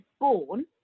born